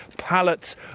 pallets